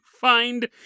find